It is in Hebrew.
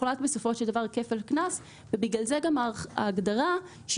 בסופו של דבר הוחלט כפל קנס ובגלל זה גם ההגדרה שהיא